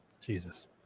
Jesus